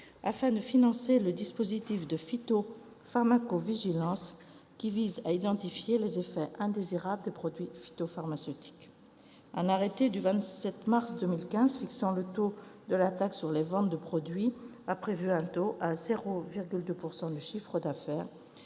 afin de financer le dispositif de phytopharmacovigilance, qui vise à identifier les effets indésirables des produits phytopharmaceutiques. Un arrêté du 27 mars 2015 fixant le taux de la taxe sur les ventes de produits phytopharmaceutiques a prévu un taux à 0,2 % du chiffre d'affaires,